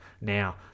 Now